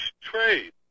trade